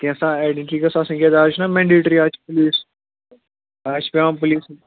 کیٚنٛژھہا identity گژھِ آسٕنۍ کیٛاز آز چھُنا مینڈیٹری آز چھِ پُلیٖس آز چھِ پٮ۪وان پُلیٖس